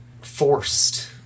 forced